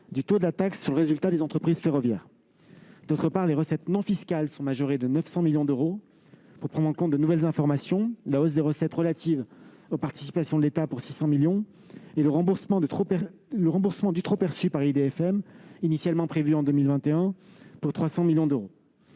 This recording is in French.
du taux de la taxe sur le résultat des entreprises ferroviaires. D'autre part, les recettes non fiscales sont majorées de 900 millions d'euros pour prendre en compte de nouvelles informations, à savoir la hausse des recettes relatives aux participations de l'État pour 600 millions d'euros et le remboursement du trop-perçu par Île-de-France Mobilités (IDFM), initialement prévu en 2021, pour 300 millions d'euros.